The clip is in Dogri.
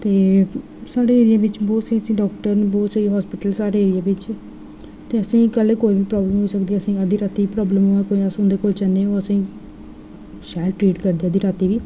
ते साढ़े एरिया बिच्च बहुत ही अच्छे डाक्टर न बहुत ही अच्छे हास्पिटल न साढ़े एरिया बिच्च ते असेंगी कल नू कोई बी प्राबल्म होई सकदी ऐ असेंगी अद्धी राती प्राबल्म होंदी अस इं'दे कोल जन्ने शैल ट्रिट करदे अद्धी राती बी